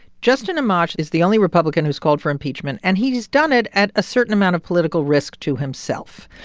justin amash is the only republican who's called for impeachment. and he's done it at a certain amount of political risk to himself.